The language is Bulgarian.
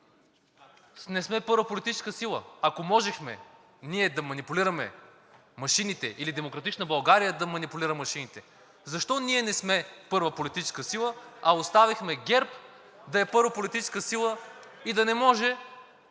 не сме първа политическа сила? Ако можехме ние да манипулираме машините или „Демократична България“ да манипулира машините, защо ние не сме първа политическа сила, а оставихме ГЕРБ да е първа политическа сила и да не може